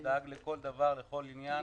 הוא דאג לכל דבר, לכל עניין.